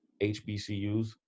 HBCUs